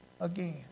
Again